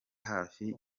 hafi